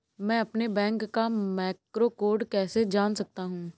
मैं अपने बैंक का मैक्रो कोड कैसे जान सकता हूँ?